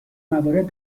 موارد